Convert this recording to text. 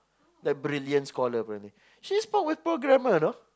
the brilliant scholar apperently she spoke with poor grammar you know